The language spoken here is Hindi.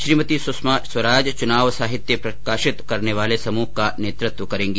श्रीमती सुषमा स्वराज चुनाव साहित्य प्रकाशित करने वाले समूह का नेतृत्व करेंगी